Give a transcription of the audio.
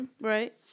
Right